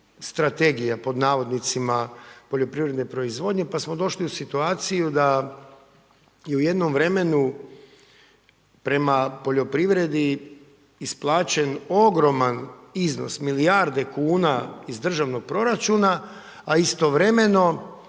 strategija poljoprivredne proizvodnje pa smo došli u situaciju da je u jednom vremenu prema poljoprivredi isplaćen ogroman iznos, milijarde kuna iz državnog proračuna, a istovremeno